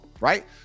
right